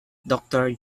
doctor